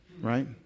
right